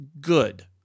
good